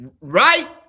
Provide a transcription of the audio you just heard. right